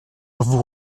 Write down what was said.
vous